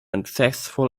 unsuccessful